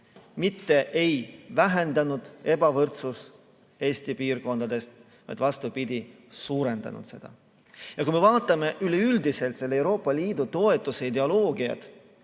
mitte ei ole vähendanud ebavõrdsust Eesti piirkondade vahel, vaid vastupidi, on seda suurendanud. Ja kui me vaatame üleüldiselt selle Euroopa Liidu toetuse ideoloogiat,